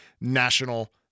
national